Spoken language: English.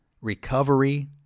recovery